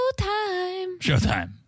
Showtime